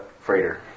freighter